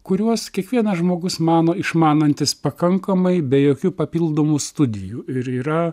kuriuos kiekvienas žmogus mano išmanantis pakankamai be jokių papildomų studijų ir yra